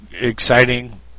exciting